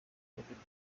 god